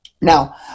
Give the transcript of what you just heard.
Now